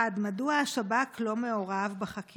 פל"א 849402/2021 רצוני לשאול: 1. מדוע השב"כ לא מעורב בחקירה,